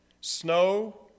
snow